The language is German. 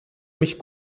mich